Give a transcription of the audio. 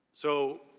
so,